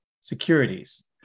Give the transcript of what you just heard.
securities